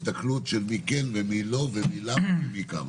תתחיל עוד פעם ההסתכלות של מי כן ומי לא ומי למה ומי כמה.